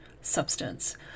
substance